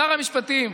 שר המשפטים,